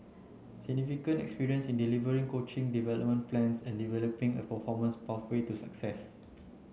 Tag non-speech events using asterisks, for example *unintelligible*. significant experience in delivering coaching development plans and developing a performance *unintelligible* to success